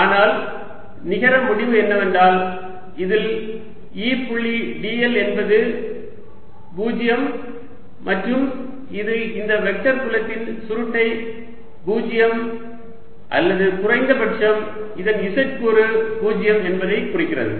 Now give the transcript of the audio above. ஆனால் நிகர முடிவு என்னவென்றால் இதில் E புள்ளி dl என்பது 0 மற்றும் இது இந்த வெக்டர் புலத்தின் சுருட்டை 0 அல்லது குறைந்தபட்சம் இதன் z கூறு 0 என்பதை குறிக்கிறது